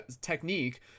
technique